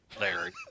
Larry